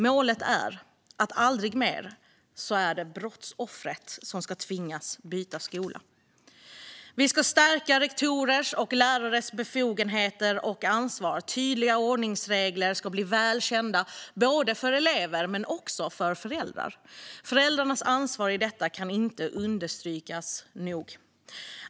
Målet är att det aldrig mer är brottsoffret som ska tvingas att byta skola. Vi ska stärka rektorers och lärares befogenheter och ansvar. Tydliga ordningsregler ska bli väl kända för både elever och föräldrar. Föräldrarnas ansvar i detta kan inte understrykas nog.